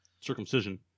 Circumcision